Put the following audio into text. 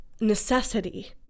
necessity